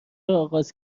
آغاز